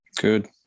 good